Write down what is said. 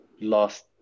last